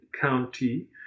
County